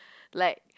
like